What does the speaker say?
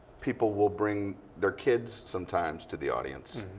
people will bring their kids sometimes to the audience.